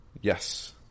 Yes